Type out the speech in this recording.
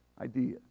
idea